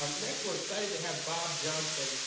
um next we're excited to have bob johnson.